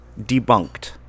Debunked